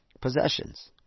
possessions